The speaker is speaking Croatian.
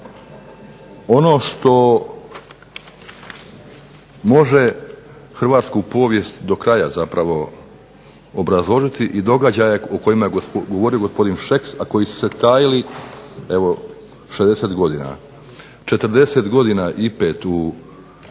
ono što može hrvatsku povijest do kraja zapravo obrazložiti i događaje o kojima je govorio gospodin Šeks, a koji su se tajili evo 60 godina. 45 godina u